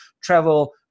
travel